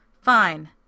Fine